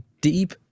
deep